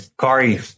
Kari